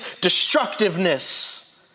destructiveness